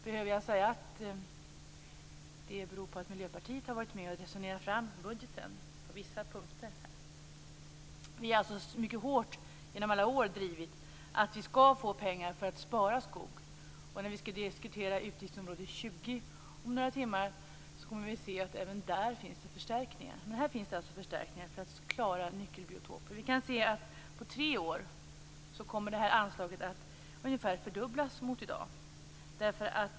Behöver jag säga att det beror på att Miljöpartiet har varit med om att resonera fram budgeten på vissa punkter? Miljöpartiet har alltså genom alla år hårt drivit att man skall få pengar för att spara skog. När vi skall diskutera utgiftsområde 20 om några timmar kommer vi att se att även där finns det förstärkningar. Men här finns det alltså förstärkningar för att klara nyckelbiotoper. På tre år kommer anslaget att ungefär fördubblas mot i dag.